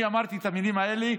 אני אמרתי את המילים האלה,